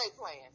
playing